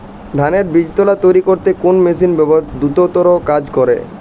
ধানের বীজতলা তৈরি করতে কোন মেশিন দ্রুততর কাজ করে?